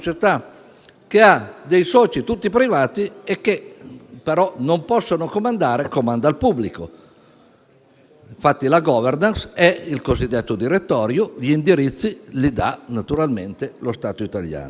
che ha dei soci tutti privati i quali però non possono comandare, perché comanda il pubblico: infatti la *governance* è il cosiddetto direttorio, per cui gli indirizzi li dà naturalmente lo Stato italiano.